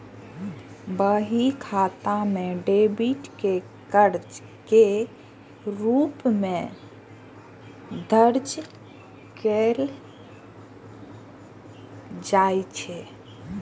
बही खाता मे डेबिट कें कर्ज के रूप मे दर्ज कैल जाइ छै